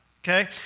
Okay